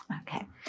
okay